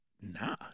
Nah